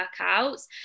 workouts